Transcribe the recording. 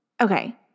okay